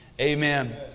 amen